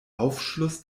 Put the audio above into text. aufschluss